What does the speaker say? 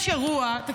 יש אירוע, תקשיבו,